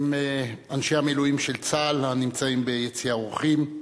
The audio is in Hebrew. אנשי המילואים של צה"ל הנמצאים ביציע האורחים,